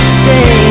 say